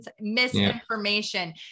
misinformation